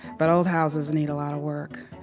but old houses need a lot of work.